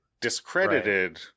discredited